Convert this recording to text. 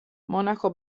monaco